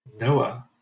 Noah